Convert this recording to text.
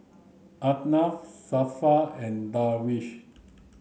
Anuar Zafran and Darwish